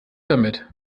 damit